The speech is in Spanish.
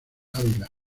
ávila